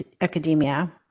academia